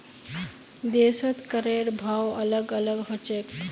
देशत करेर भाव अलग अलग ह छेक